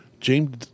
James